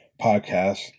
podcast